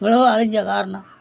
இவ்வளவும் அழிஞ்ச காரணம்